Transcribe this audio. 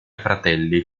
fratelli